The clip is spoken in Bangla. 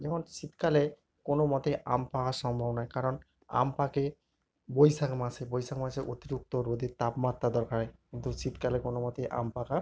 যেমন শীতকালে কোনো মতেই আম পাকা সম্ভব নয় কারণ আম পাকে বৈশাখ মাসে বৈশাখ মাসে অতিরিক্ত রোদের তাপমাত্রা দরকার হয় কিন্তু শীতকালে কোনো মতেই আম পাকা